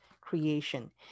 creation